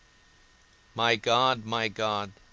my god, my god,